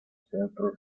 centro